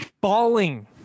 balling